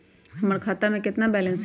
हमर खाता में केतना बैलेंस हई?